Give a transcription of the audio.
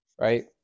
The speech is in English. right